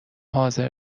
حاضر